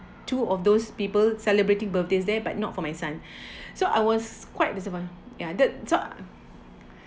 two of those people celebrating birthdays there but not for my son so I was quite disappoint~ ya that so